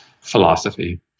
Philosophy